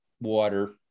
water